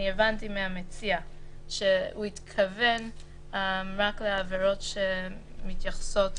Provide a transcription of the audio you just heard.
אני הבנתי מהמציע שהוא התכוון רק לעבירות שמתייחסות